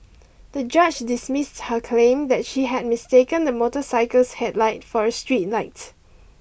the judge dismissed her claim that she had mistaken the motorcycle's headlight for a street light